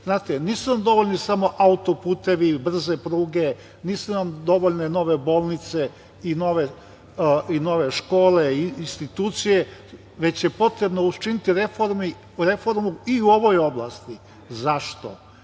oblasti. Nisu dovoljni samo autoputevi, brze pruge, nisu nam dovoljne nove bolnice i nove škole, institucije, već je potrebno učiniti reformu i u ovoj oblasti. Zašto? Javna